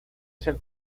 ser